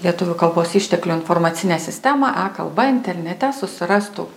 lietuvių kalbos išteklių informacinę sistemą e kalba internete susirastų